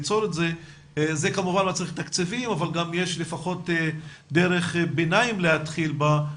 זה כמובן לא צריך תקציבים אבל גם יש לפחות דרך ביניים להתחיל בה,